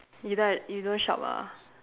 you don't you don't shop ah